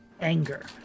anger